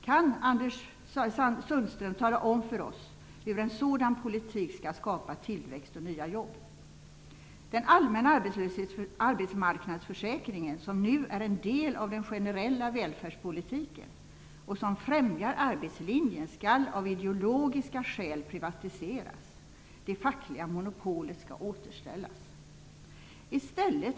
Kan Anders Sundström tala om för oss hur en sådan politik skall skapa tillväxt och nya jobb? Den allmänna arbetsmarknadsförsäkringen som nu är en del av den generella välfärdspolitiken och som främjar arbetslinjen skall av ideologiska skäl privatiseras. Det fackliga monopolet skall återställas. Herr talman!